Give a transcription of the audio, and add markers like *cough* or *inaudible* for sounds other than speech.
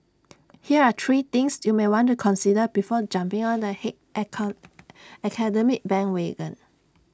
here are three things you may want to consider before jumping on the hate icon *noise* academic bandwagon